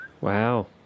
Wow